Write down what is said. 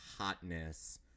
hotness